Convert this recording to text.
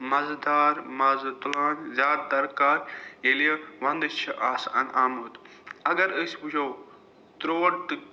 مَزٕدار مَزٕ تُلان زیادٕ تَر کَر ییٚلہِ وَنٛدٕ چھِ آسان آمُت اگر أسۍ وٕچھو ترٛوٹ تہٕ